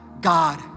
God